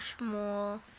more